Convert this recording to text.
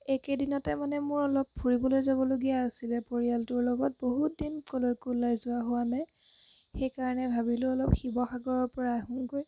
একেদিনতে মানে মোৰ অলপ ফুৰিবলৈ যাবলগীয়া আছিলে পৰিয়ালটোৰ লগত বহুত দিন ক'লৈকো ওলাই যোৱা হোৱা নাই সেইকাৰণে ভাবিলো অলপ শিৱসাগৰৰ পৰা আহোঁগৈ